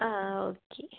ആ ഓക്കെ